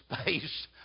space